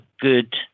good